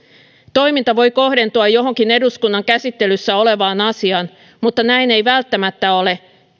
toiminta voi kohdentua johonkin eduskunnan käsittelyssä olevaan asiaan mutta näin ei välttämättä ole